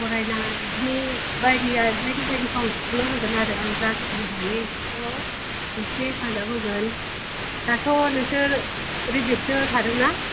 फरायनाय बिदिनि बायदि आरो बायदि बायदिखौ सुफुंना होगोन आरो आं जाखिनि हायो बेफोरखौ नोंसोरनो हेफाजाब होगोन दाथ' नोंसोर रिलिफसो थादों ना